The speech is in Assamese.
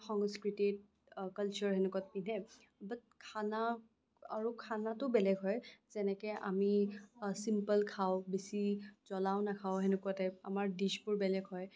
সংস্কৃতিত কালচাৰ সেনেকুৱাত পিন্ধে বাট খানা আৰু খানাটো বেলেগ হয় যেনেকে আমি চিম্পল খাওঁ বেছি জ্বলাও নাখাওঁ সেনেকুৱা টাইপ আমাৰ ডিচ্বোৰ বেলেগ হয়